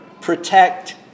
protect